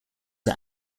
are